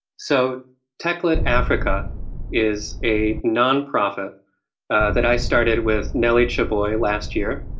so techlit africa is a nonprofit that i started with nelly cheboi last year.